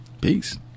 Peace